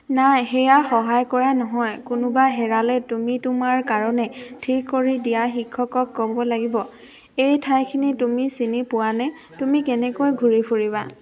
নাই সেয়া সহায় কৰা নহয় কোনোবা হেৰালে তুমি তোমাৰ কাৰণে ঠিক কৰি দিয়া শিক্ষকক ক'ব লাগিব এই ঠাইখিনি তুমি চিনি পোৱানে তুমি কেনেকৈ ঘূৰি ফুৰিবা